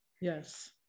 yes